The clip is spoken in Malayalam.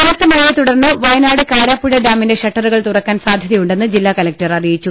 കനത്തമഴയെ തുടർന്ന് വയനാട് കാരാപ്പുഴ ഡാമിന്റെ ഷട്ടറുകൾ തുറക്കാൻ സാധൃതയുണ്ടെന്ന് ജില്ലാ കലക്ടർ അറിയിച്ചു